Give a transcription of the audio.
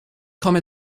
komme